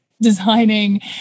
Designing